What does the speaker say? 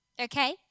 okay